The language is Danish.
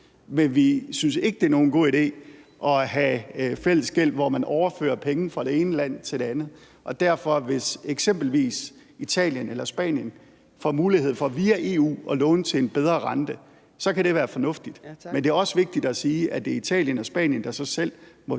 men vi synes ikke, det er nogen god idé at have fælles gæld, hvor man overfører penge fra det ene land til det andet. Så hvis eksempelvis Italien eller Spanien får mulighed for via EU at låne til en bedre rente, kan det være fornuftigt, men det er også vigtigt at sige, at det er Italien og Spanien, der så selv må